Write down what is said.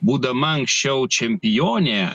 būdama anksčiau čempionė